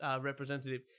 representative